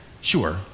Sure